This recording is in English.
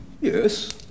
yes